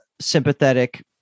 sympathetic